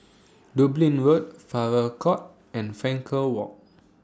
Dublin Road Farrer Court and Frankel Walk